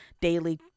daily